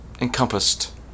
encompassed